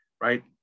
right